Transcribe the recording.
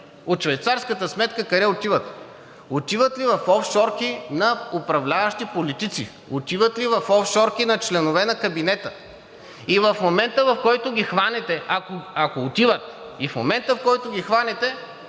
от швейцарската сметка къде отиват, отиват ли в офшорки на управляващи политици, отиват ли в офшорки на членове на кабинета, и в момента, в който ги хванете, ако отиват – и в момента, в който ги хванете,